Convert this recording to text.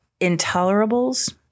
intolerables